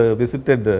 visited